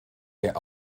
get